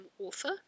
author